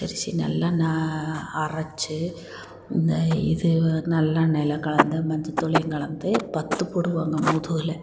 பச்சரிசி நல்லெண்ணய் அரைச்சு இந்த இது நல்லெண்ணெயில் கலந்து மஞ்சள் தூளையும் கலந்து பத்து போடுவாங்கள் முதுகில்